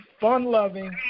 fun-loving